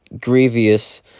grievous